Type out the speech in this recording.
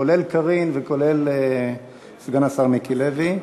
כולל קארין וכולל סגן השר מיקי לוי.